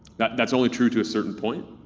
that's only true to a certain point,